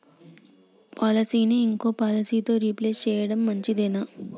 పాలసీని ఇంకో పాలసీతో రీప్లేస్ చేయడం మంచిదేనా?